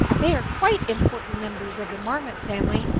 they are quite important members of the marmot family,